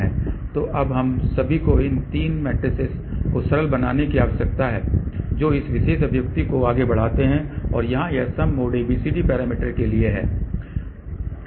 तो अब हम सभी को इन 3 मैट्रिसेस को सरल बनाने की आवश्यकता है जो इस विशेष अभिव्यक्ति को आगे बढ़ाते हैं और यहाँ यह सम मोड ABCD पैरामीटर के लिए है